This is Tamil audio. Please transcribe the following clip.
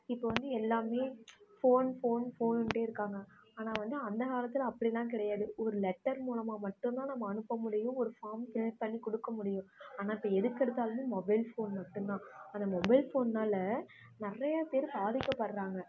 இப்போ வந்து எல்லாம் ஃபோன் ஃபோன் ஃபோனுன்டே இருக்காங்க ஆனால் வந்து அந்த காலத்தில் அப்படிலாம் கிடையாது ஒரு லெட்டர் மூலமாக மட்டும் தான் நம்ம அனுப்ப முடியும் ஒரு ஃபாம் ஃபில் பண்ணி கொடுக்க முடியும் ஆனால் இப்போ எதுக்கு எடுத்தாலும் மொபைல் ஃபோன் மட்டும் தான் அந்த மொபைல் ஃபோன்னால் நிறைய பேர் பாதிக்கப்படுறாங்க